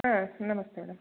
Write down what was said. ಹಾಂ ನಮಸ್ತೆ ಮೇಡಮ್